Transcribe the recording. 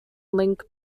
link